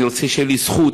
אני רוצה שתהיה לי זכות